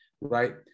right